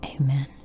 Amen